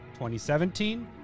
2017